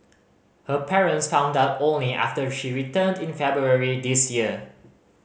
her parents found out only after she returned in February this year